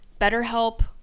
BetterHelp